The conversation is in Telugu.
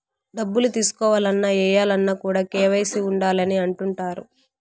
డబ్బులు తీసుకోవాలన్న, ఏయాలన్న కూడా కేవైసీ ఉండాలి అని అంటుంటారు